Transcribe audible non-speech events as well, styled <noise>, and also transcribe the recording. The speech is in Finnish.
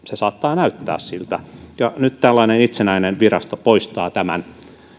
<unintelligible> se saattaa näyttää siltä ja nyt tällainen itsenäinen virasto poistaa tämän